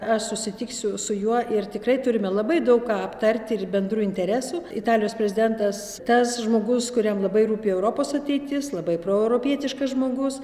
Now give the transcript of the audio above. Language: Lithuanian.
aš susitiksiu su juo ir tikrai turime labai daug ką aptarti ir bendrų interesų italijos prezidentas tas žmogus kuriam labai rūpi europos ateitis labai proeuropietiškas žmogus